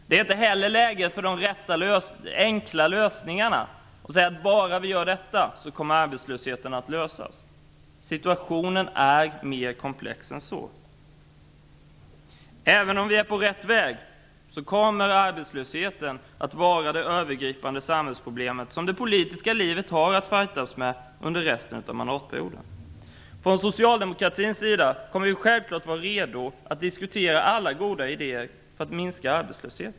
Det är inte heller läge för de enkla lösningarna och säga, att bara vi gör detta kommer arbetslösheten att klaras. Situationen är mer komplex än så. Även om vi är på rätt väg kommer arbetslösheten att vara det övergripande samhällsproblemet, som vi har att fightas med i det politiska livet under resten av mandatperioden. Från socialdemokratins sida kommer vi självklart att vara redo att diskutera alla goda idéer för att minska arbetslösheten.